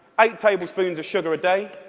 eight tablespoons of sugar a day.